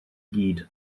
gyd